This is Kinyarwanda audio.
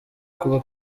kuba